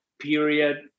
period